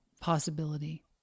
possibility